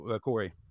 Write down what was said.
Corey